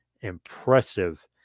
impressive